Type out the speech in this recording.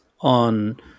on